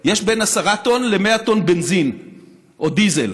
יש בין 10 טון ל-100 טון בנזין או דיזל,